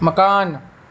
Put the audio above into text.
मकान